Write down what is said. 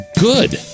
good